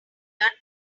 tabs